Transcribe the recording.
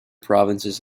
provinces